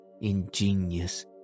ingenious